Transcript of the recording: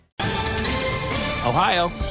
Ohio